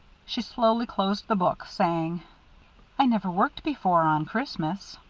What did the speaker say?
she slowly closed the book, saying i never worked before on christmas.